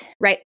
right